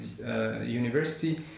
University